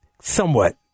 somewhat